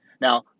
Now